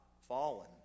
fallen